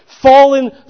Fallen